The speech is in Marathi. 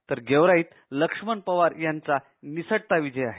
तर गेवराईत लक्ष्मण पवार यांचा निसटता विजय आहे